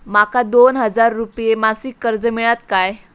माका दोन हजार रुपये मासिक कर्ज मिळात काय?